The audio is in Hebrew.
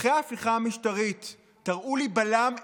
אחרי ההפיכה המשטרית תראו לי בלם אחד,